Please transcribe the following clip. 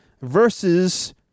versus